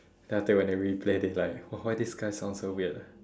then after that when you replay they like why why this guy sound so weird